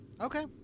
Okay